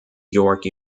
york